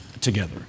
together